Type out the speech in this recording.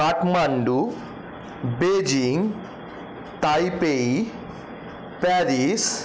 Kathmandu Beijing Taipei Paris